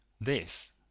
This